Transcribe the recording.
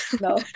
no